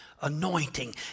anointing